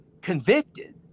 convicted